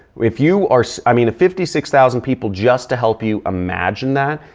if you are. i mean, a fifty six thousand people just to help you imagine that,